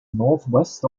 northwest